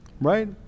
right